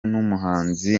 n’umuhanzi